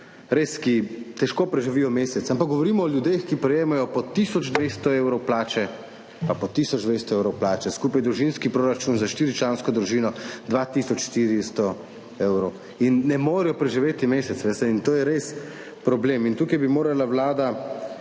res težko preživijo mesec, ampak govorimo o ljudeh, ki prejemajo po tisoč 200 evrov plače, pa po tisoč 200 evrov plače … Skupaj znaša družinski proračun za štiričlansko družino 2 tisoč 400 evrov in ne morejo preživeti meseca. Jaz ne vem, to je res problem. In tukaj bi morala Vlada,